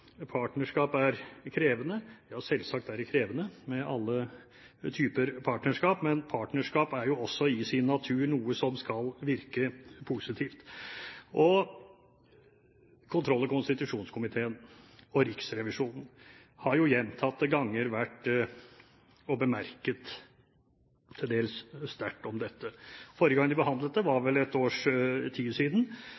partnerskap er krevende. Selvsagt er det krevende – med alle typer partnerskap. Men partnerskap er jo også i sin natur noe som skal virke positivt. Kontroll- og konstitusjonskomiteen og Riksrevisjonen har gjentatte ganger kommet med til dels sterke bemerkninger om dette. Forrige gang de behandlet det, var